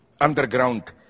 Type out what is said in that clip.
underground